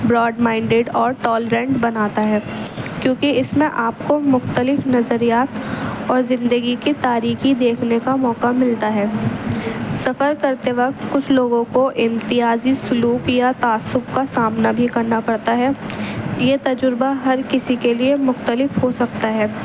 Broad minded اور tolerant بناتا ہے کیونکہ اس میں آپ کو مختلف نظریات اور زندگی کی تاریکی دیکھنے کا موقع ملتا ہے سفر کرتے وقت کچھ لوگوں کو امتیازی سلوک یا تعصب کا سامنا بھی کرنا پڑتا ہے یہ تجربہ ہر کسی کے لیے مختلف ہو سکتا ہے